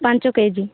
ପାଞ୍ଚ K G